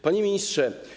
Panie Ministrze!